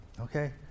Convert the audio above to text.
okay